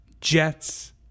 Jets